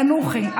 תנוחי.